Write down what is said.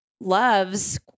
loves